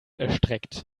erstreckt